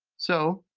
so,